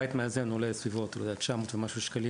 בית מאזן עולה בסביבות 900 ומשהו שקלים,